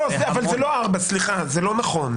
סליחה, אבל זה לא ארבע, זה לא נכון.